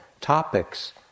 topics